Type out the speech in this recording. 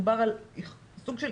מדובר על סוג של,